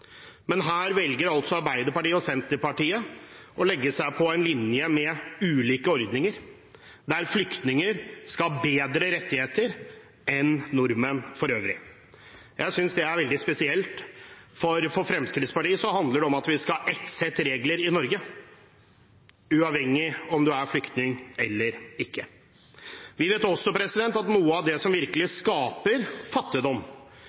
men her velger altså Arbeiderpartiet og Senterpartiet å legge seg på en linje med ulike ordninger, der flyktninger skal ha bedre rettigheter enn nordmenn for øvrig. Jeg synes det er veldig spesielt, fordi at for Fremskrittspartiet handler det om at vi skal ha ett sett regler i Norge, uavhengig av om man er flyktning eller ikke. Vi vet også at noe av det som virkelig skaper fattigdom,